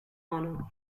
mono